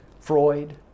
Freud